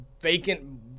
vacant